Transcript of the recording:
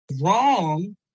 wrong